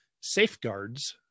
safeguards